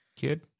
Kid